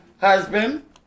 husband